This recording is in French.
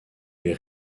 les